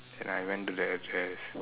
then I went to the address